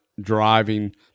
Driving